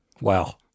Wow